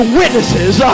witnesses